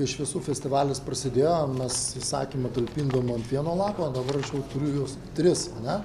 kai šviesų festivalis prasidėjo mes įsakymą talpindavom vieno lapo o dabar aš jau turiu juos tris ane